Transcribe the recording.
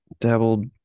dabbled